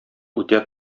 үтә